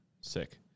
sick